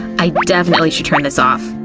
i definitely should turn this off.